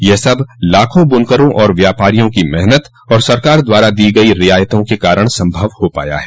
यह सब लाखों ब्रनकरों और व्यापारियों की मेहनत और सरकार द्वारा दी गयी रियायतों के कारण सम्भव हो पाया है